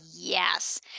Yes